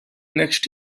next